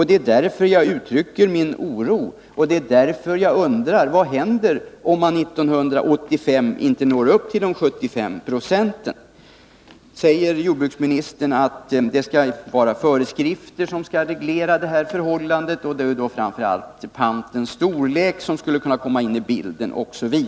Det är därför jag uttrycker min oro och det är därför jag undrar: Vad händer om man år 1985 inte når upp till en återvinning med 75 96? Jordbruksministern säger att det skall utfärdas föreskrifter som reglerar detta förhållande och att framför allt pantens storlek då skulle kunna komma in i bilden.